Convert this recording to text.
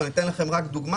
אני אביא רק דוגמה.